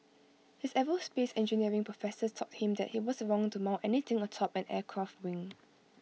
his aerospace engineering professors taught him that IT was wrong to mount anything atop an aircraft wing